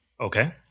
okay